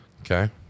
Okay